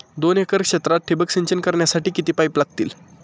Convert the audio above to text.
दोन एकर क्षेत्रात ठिबक सिंचन करण्यासाठी किती पाईप लागतील?